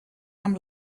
amb